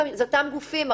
אלה אותם גופים.